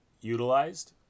utilized